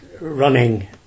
running